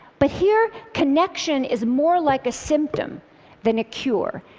but here, connection is more like a symptom than a cure.